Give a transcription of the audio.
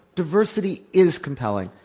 diversity is compelling.